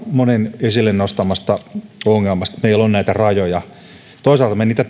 monen esille nostamasta ongelmasta että meillä on näitä rajoja toisaalta me niitä